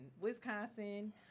Wisconsin